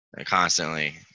constantly